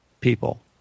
people